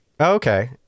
Okay